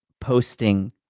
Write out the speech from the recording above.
posting